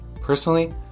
Personally